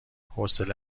حوصله